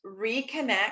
reconnect